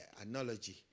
analogy